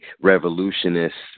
revolutionists